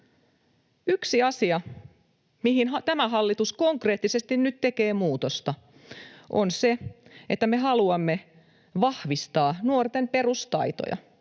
Yksi asia, mihin tämä hallitus konkreettisesti nyt tekee muutosta, on se, että me haluamme vahvistaa nuorten perustaitoja.